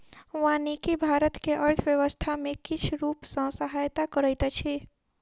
वानिकी भारत के अर्थव्यवस्था के किछ रूप सॅ सहायता करैत अछि